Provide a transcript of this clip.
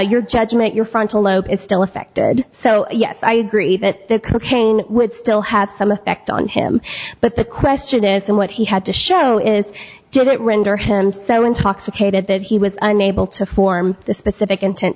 your judgment your frontal lobe is still affected so yes i agree that the cocaine would still have some effect on him but the question is and what he had to show is did it render him so intoxicated that he was unable to form the specific intent